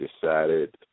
decided